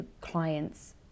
clients